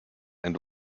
and